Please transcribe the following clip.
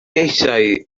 eisiau